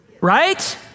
Right